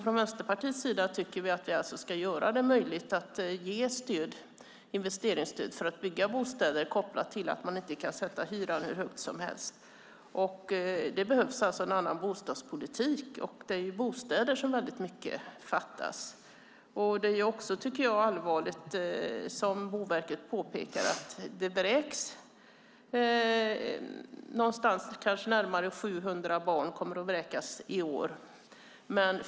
Från Vänsterpartiets sida tycker vi att vi ska göra det möjligt att ge investeringsstöd för byggande av bostäder kopplat till att man inte kan sätta hyran hur högt som helst. Det behövs en annan bostadspolitik, och det fattas väldigt mycket bostäder. Det är också allvarligt att närmare 700 barn kommer att vräkas i år, som Boverket påpekar.